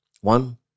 One